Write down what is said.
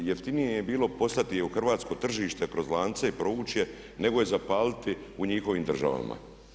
Jeftinije je bilo poslati je u Hrvatsko tržište kroz lance i provući je nego je zapaliti u njihovim državama.